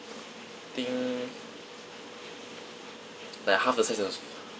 think like half the size of